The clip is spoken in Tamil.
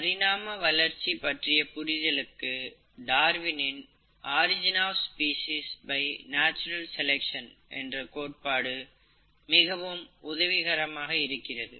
பரிணாம வளர்ச்சி பற்றிய புரிதலுக்கு டார்வினின் darwin's origin of species by natural selection என்ற கோட்பாடு மிகவும் உதவிகரமாக இருக்கிறது